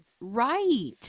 Right